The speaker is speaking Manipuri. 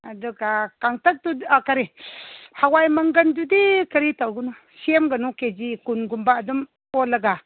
ꯑꯗꯨꯒ ꯀꯪꯇꯛꯇꯨ ꯀꯔꯤ ꯍꯋꯥꯏ ꯃꯪꯒꯟꯗꯨꯗꯤ ꯀꯔꯤ ꯇꯧꯒꯅꯨ ꯁꯦꯝꯒꯅꯨ ꯀꯦꯖꯤ ꯀꯨꯟꯒꯨꯟꯕ ꯑꯗꯨꯝ ꯑꯣꯜꯂꯒ